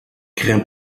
craint